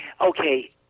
Okay